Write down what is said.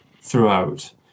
throughout